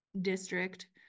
district